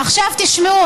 עכשיו תשמעו,